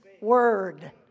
word